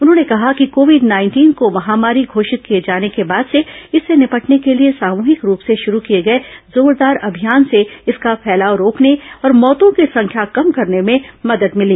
उन्होंने कहा कि ् कोविड नाइंटीन को महामारी घोषित किये जाने के बाद से इससे निपटने के लिए सामूहिक रूप से शुरू किए गए जोरदार अभियान से इसका फैलाव रोकने और मौतों की संख्या कम करने में मदद मिली